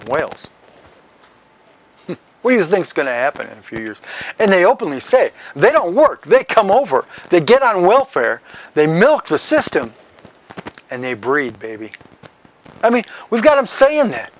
of wales where you think's going to happen in a few years and they openly say they don't work they come over they get on welfare they milk the system and they breed baby i mean we've got them saying that